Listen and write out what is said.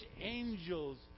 angels